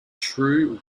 true